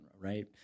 Right